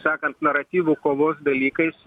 sakant naratyvu kovos dalykais